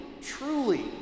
truly